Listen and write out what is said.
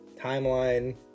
timeline